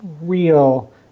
real